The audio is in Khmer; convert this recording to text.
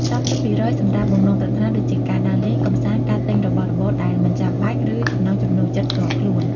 ៣០% សម្រាប់បំណងប្រាថ្នាដូចជាការដើរលេង កម្សាន្ត ការទិញរបស់របរដែលមិនចាំបាច់ ឬចំណង់ចំណូលចិត្តផ្ទាល់ខ្លួន។